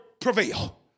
prevail